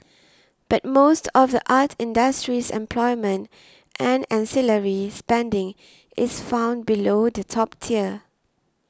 but most of the art industry's employment and ancillary spending is found below the top tier